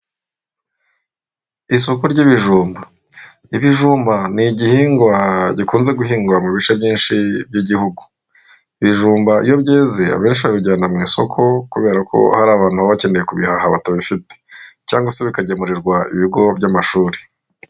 Isoko ry'ibijumba, ibijumba ni igihingwa gikunze guhingwa mu bice byinshi by'igihugu, ibijumba iyo byeze abenshi babijyana mu isoko kubera ko hari abantu baba bakeneye kubiha batabifite, cyangwa se bikagemurirwa ibigo by'amashuri.